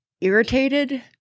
irritated